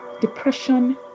depression